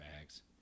bags